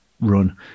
run